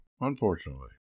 Unfortunately